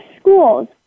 schools